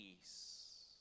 peace